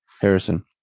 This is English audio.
Harrison